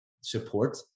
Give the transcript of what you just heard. support